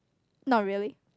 not really